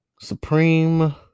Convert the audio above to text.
Supreme